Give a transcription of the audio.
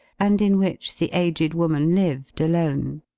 and in which the aged woman lived, alone.